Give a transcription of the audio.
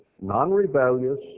non-rebellious